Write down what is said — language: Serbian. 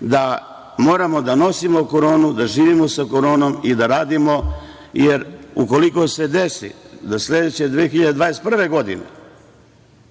da moramo da nosimo koronu, da živimo sa koronom i da radimo, jer ukoliko se desi da sledeće 2021. godine